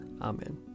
Amen